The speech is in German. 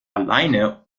alleine